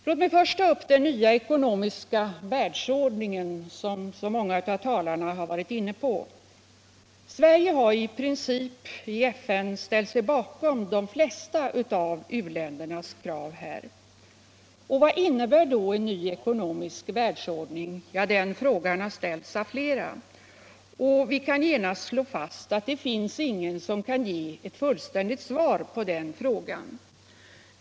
Låt mig först ta upp den nya ekonomiska världsordningen som så många av talarna har varit inne på. Sverige har i princip i FN ställt Internationellt utvecklingssamar sig bakom de flesta av u-ländernas krav här. Vad innebär då en ny ekonomisk världsordning? Den frågan har rests av flera. Vi kan genast slå fast att ingen kan ge ett fullständigt svar på frågan.